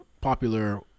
popular